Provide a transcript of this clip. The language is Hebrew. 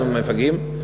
נו, מפגעים.